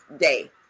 day